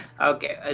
okay